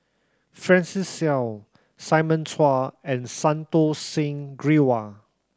Francis Seow Simon Chua and Santokh Singh Grewal